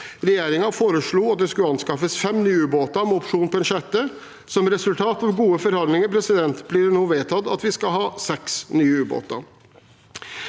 Regjeringen foreslo at det skulle anskaffes fem nye ubåter, med opsjon på en sjette. Som resultat av gode forhandlinger blir det nå vedtatt at vi skal ha seks nye ubåter.